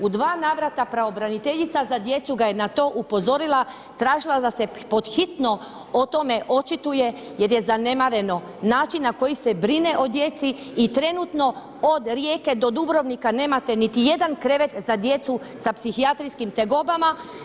U dva navrata pravobraniteljica za djecu ga je na to upozorila, tražila da se pod hitno o tome očituje jer je zanemareno način na koji se brine o djeci i trenutno do Rijeke do Dubrovnika nemate niti jedan krevet za djecu sa psihijatrijskim tegobama.